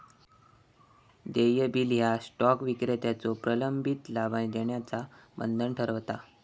देय बिल ह्या स्टॉक विक्रेत्याचो प्रलंबित लाभांश देण्याचा बंधन ठरवता